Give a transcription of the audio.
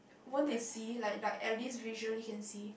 won't they see like like at least visually you can see